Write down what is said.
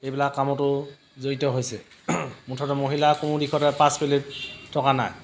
এইবিলাক কামতো জড়িত হৈছে মুঠতে মহিলা কোনো দিশতে পাছ পৰি থকা নাই